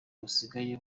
busigaye